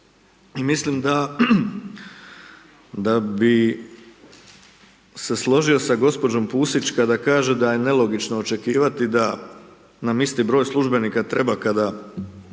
mislim da bi se složio sa gđom. Pusić kada kaže da je nelogično očekivati da nam isti broj službenika treba kada